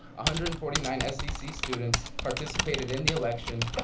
hundred and forty nine scc students participated in the election,